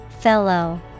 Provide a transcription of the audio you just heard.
Fellow